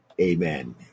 Amen